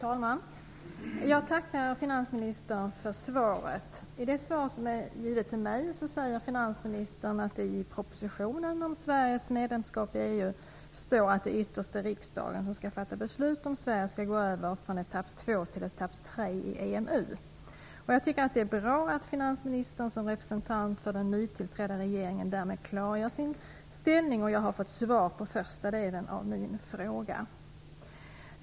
Fru talman! Jag tackar finansministern för svaret. I det svar som är givet till mig säger finansministern att det i propositionen om Sveriges medlemskap i EU står att det ytterst är riksdagen som skall fatta beslut om ifall Sverige skall gå över från etapp 2 till etapp 3 i EMU. Jag tycker att det är bra att finansministern som representant för den nytillträdda regeringen klargör sin inställning. Därmed har jag fått svar på den första delen av min fråga.